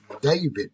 David